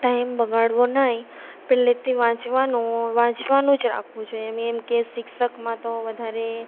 time બગાડવો નહીં પહેલેથી જ વાંચવાનું રાખવું જોઈએ અને એમ કે શિક્ષકમાં તો વધારે